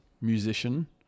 musician